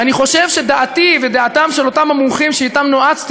ואני חושב שדעתי ודעתם של אותם המומחים שבהם נועצתי